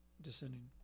descending